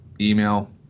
Email